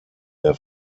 der